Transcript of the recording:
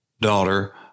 daughter